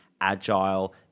Agile